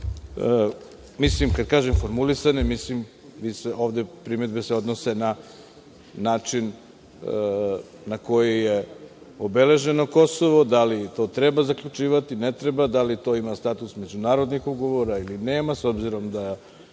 Kad kažem formulisane, primedbe se odnose na način na koji je obeleženo Kosovo, da li to treba zaključivati, ne treba, da li to ima status međunarodnih ugovora ili nema, s obzirom da